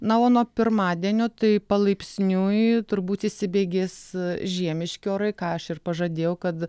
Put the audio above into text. na o nuo pirmadienio tai palaipsniui turbūt įsibėgės žiemiški orai ką aš ir pažadėjau kad